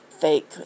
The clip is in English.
fake